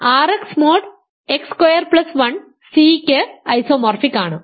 R x mod x square plus 1 C യ്ക്ക് isomorphic ആണ്